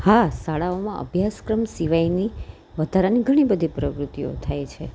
હા શાળાઓમાં અભ્યાસ ક્રમ સિવાયની વધારાની ઘણી બધી પ્રવૃત્તિઓ થાય છે